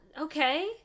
Okay